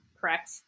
correct